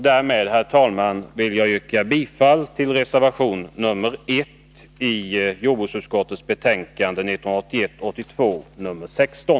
Därmed vill jag, herr talman, yrka bifall till reservation 1 i jordbruksutskottets betänkande 1981/82:16.